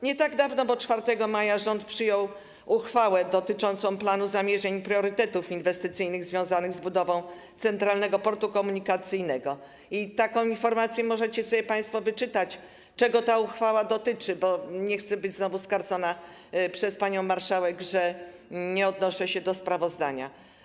Nie tak dawno, bo 4 maja, rząd przyjął uchwałę dotyczącą planu zamierzeń i priorytetów inwestycyjnych związanych z budową Centralnego Portu Komunikacyjnego i taką informację możecie sobie państwo wyczytać, czego ta uchwała dotyczy, bo nie chcę być znowu skarcona przez panią marszałek, że nie odnoszę się do sprawozdania.